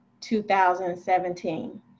2017